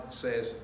says